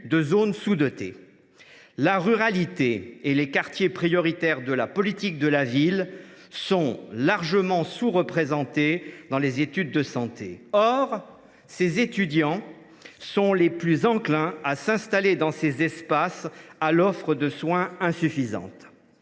de zones sous dotées. La ruralité et les quartiers prioritaires de la politique de la ville sont largement sous représentés parmi les territoires dont sont issus les étudiants en santé. Or ceux ci sont les plus enclins à s’installer dans ces espaces à l’offre de soins insuffisante.